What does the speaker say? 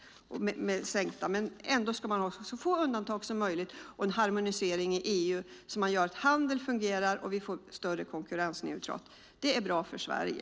Men man ska ha så få undantag som möjligt och en harmonisering i EU så att handeln fungerar och vi får en större konkurrensneutralitet. Det är bra för Sverige.